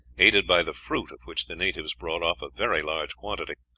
aided by the fruit, of which the natives brought off a very large quantity.